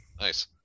Nice